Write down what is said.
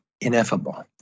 ineffable